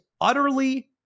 utterly